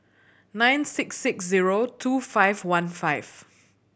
nine six six zero two five one five